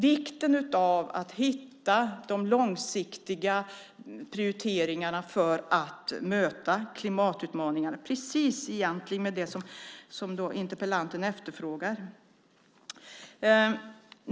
Vi betonar vikten av att hitta de långsiktiga prioriteringarna för att möta klimatutmaningarna. Det är egentligen precis det som interpellanten efterfrågar.